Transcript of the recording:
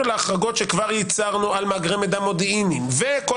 להחרגות שכבר ייצרנו על מאגרי מידע מודיעיניים וכל